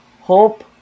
hope